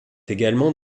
également